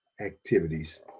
activities